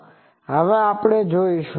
તે હવે આપણે જોઈશું